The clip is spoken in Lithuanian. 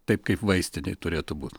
taip kaip vaistinėj turėtų būt